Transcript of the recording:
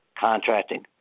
contracting